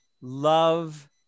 love